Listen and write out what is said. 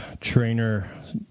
trainer